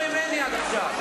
אתם דיברתם יותר ממני עד עכשיו.